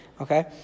Okay